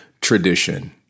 tradition